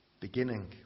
beginning